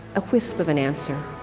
a wisp of an answer